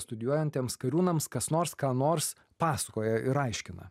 studijuojantiems kariūnams kas nors ką nors pasakoja ir aiškina